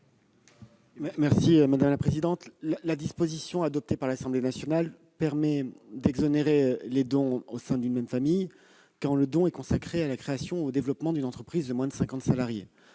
l'avis du Gouvernement ? La disposition adoptée par l'Assemblée nationale permet d'exonérer les dons au sein d'une même famille, quand ces derniers sont consacrés à la création ou au développement d'une entreprise de moins de 50 salariés.